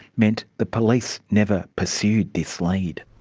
meant that police never pursued this lead.